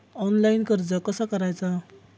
Online कर्ज कसा करायचा?